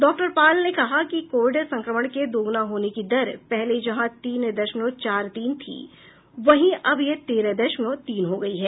doctor Paul ने कहा कि कोविड संक्रमण के दोगुना होने की दर पहले जहां तीन दशमलव चार तीन थी वहीं अब यह तेरह दशमलव तीन हो गई है